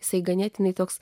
jisai ganėtinai toks